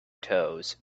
toes